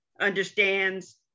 understands